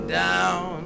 down